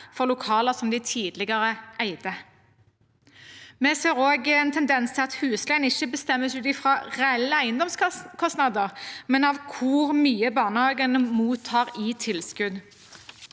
av lokaler som de tidligere eide. Vi ser også en tendens til at husleien ikke bestemmes ut fra reelle eiendomskostnader, men av hvor mye barnehagene mottar i tilskudd.